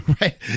Right